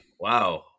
Wow